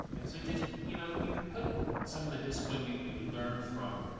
and so just, you know, you can put some of the discipline you, you learned from,